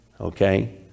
Okay